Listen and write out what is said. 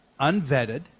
unvetted